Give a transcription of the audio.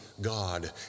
God